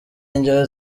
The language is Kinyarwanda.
ingero